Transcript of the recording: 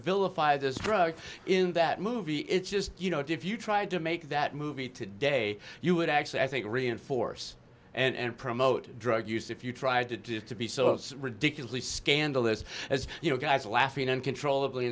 vilify this drug in that movie it's just you know if you tried to make that movie today you would actually i think reinforce and promote drug use if you tried to do is to be so it's ridiculously scandalous as you know guys laughing uncontrollably